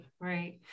right